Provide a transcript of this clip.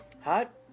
Hot